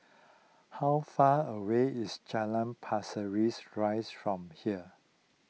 how far away is Jalan Pasir rease rice from here